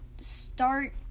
start